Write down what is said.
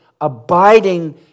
abiding